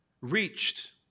reached